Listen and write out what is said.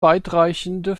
weitreichende